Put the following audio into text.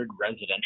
residential